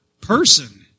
person